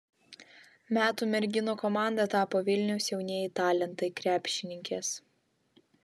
metų merginų komanda tapo vilniaus jaunieji talentai krepšininkės